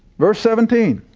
verse seventeen,